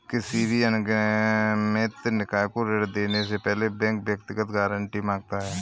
किसी भी अनिगमित निकाय को ऋण देने से पहले बैंक व्यक्तिगत गारंटी माँगता है